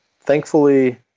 Thankfully